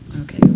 Okay